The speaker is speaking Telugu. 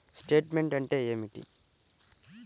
స్టేట్మెంట్ అంటే ఏమిటి?